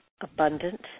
abundant